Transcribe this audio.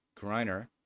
Griner